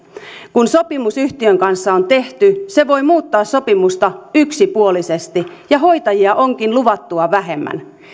kun sopimus yhtiön kanssa on tehty se voi muuttaa sopimusta yksipuolisesti ja hoitajia onkin luvattua vähemmän